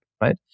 right